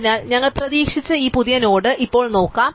അതിനാൽ ഞങ്ങൾ പ്രതീക്ഷിച്ച ഈ പുതിയ നോഡ് ഇപ്പോൾ നോക്കാം